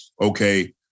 Okay